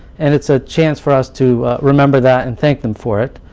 and it's a chance for us to remember that and thank them for it.